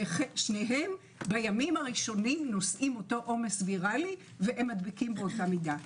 שניהם בימים הראשונים נושאים אותו עומס ויראלי והם מדביקים באותה מידה.